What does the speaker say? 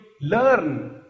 learn